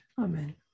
amen